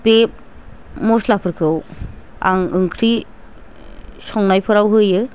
बे मस्लाफोरखौ आं ओंख्रि संनायफोराव होयो